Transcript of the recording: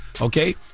okay